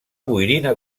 boirina